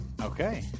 Okay